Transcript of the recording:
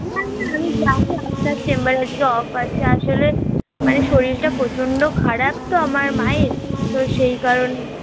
না না না আমি যাব আপনার চেম্বারে আজকে অফ আছে আসলে মানে শরীরটা প্রচণ্ড খারাপ তো আমার মায়ের তো সেই কারণে